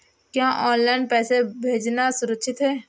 क्या ऑनलाइन पैसे भेजना सुरक्षित है?